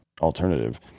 alternative